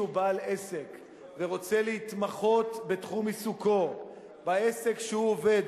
בעל עסק ורוצה להתמחות בתחום עיסוקו בעסק שעובד,